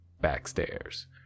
Backstairs